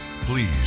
please